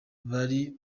bari